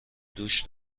دوش